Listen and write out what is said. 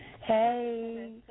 Hey